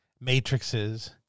matrices